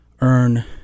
earn